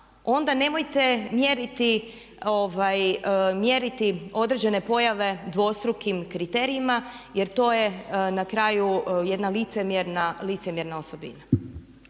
Onda nemojte mjeriti određene pojave dvostrukim kriterijima jer to je na kraju jedna licemjerna osobina.